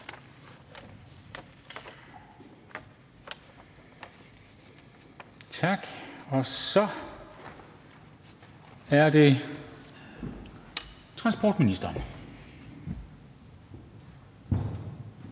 og så er det transportministeren.